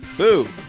Boo